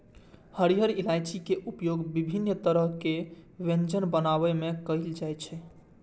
हरियर इलायची के उपयोग विभिन्न तरहक व्यंजन बनाबै मे कैल जाइ छै